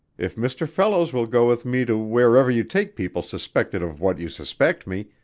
if mr. fellows will go with me to wherever you take people suspected of what you suspect me,